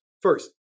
First